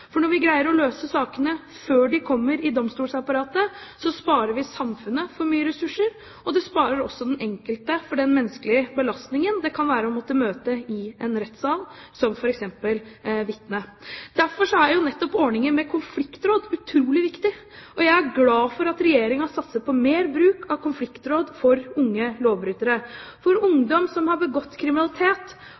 domstolene. Når vi greier å løse sakene før de kommer i domstolsapparatet, sparer vi samfunnet for mye ressurser, og det sparer også den enkelte for den menneskelige belastningen det kan være å måtte møte i en rettssal som f.eks. vitne. Derfor er nettopp ordningen med konfliktråd utrolig viktig. Jeg er glad for at Regjeringen satser på mer bruk av konfliktråd for unge lovbrytere, for ungdom som har begått kriminalitet,